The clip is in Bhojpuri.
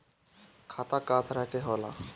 खाता क तरह के होला?